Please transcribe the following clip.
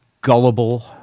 gullible